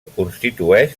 constitueix